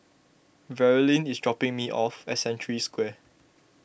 Verlyn is dropping me off at Century Square